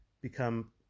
become